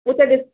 उहो त ॾिस